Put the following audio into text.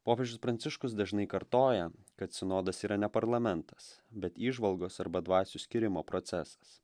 popiežius pranciškus dažnai kartoja kad sinodas yra ne parlamentas bet įžvalgos arba dvasių skyrimo procesas